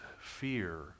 fear